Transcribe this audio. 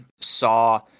saw